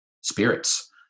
spirits